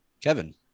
Kevin